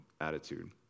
attitude